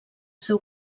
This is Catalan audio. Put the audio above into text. seu